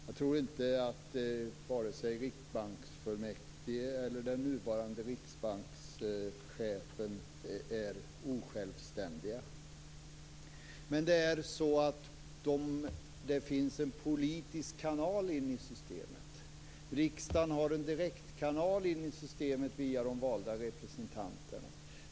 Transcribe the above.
Jag tror inte att vare sig riksbanksfullmäktige eller den nuvarande riksbankschefen är osjälvständiga. Men det finns en politisk kanal in i systemet. Riksdagen har en direktkanal in i systemet via de valda representanterna.